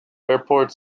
airport